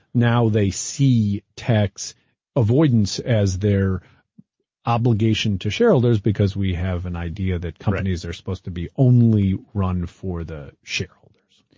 now they see tax avoidance as their obligation to shareholders. because we have an idea that companies are supposed to be only run for the shareholders.